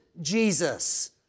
Jesus